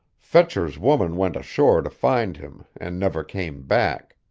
fetcher's woman went ashore to find him and never came back.